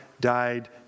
died